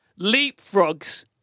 leapfrogs